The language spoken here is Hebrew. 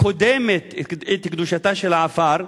קודמת לקדושתו של העפר,